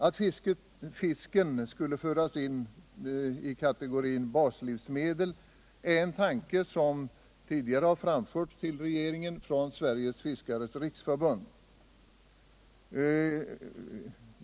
Aut fisken skulle föras in i kategorin baslivsmedel är en tanke som tidigare har framförts till regeringen från Sveriges fiskares riksförbund.